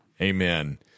amen